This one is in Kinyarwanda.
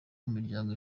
imiryango